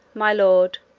my lord,